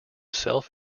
self